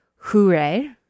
Hooray